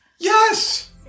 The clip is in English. Yes